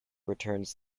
returns